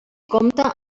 compta